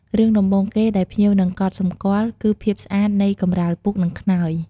រឿងដំបូងគេដែលភ្ញៀវនឹងកត់សម្គាល់ គឺភាពស្អាតនៃកម្រាលពូក និងខ្នើយ។